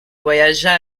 voyagea